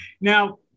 now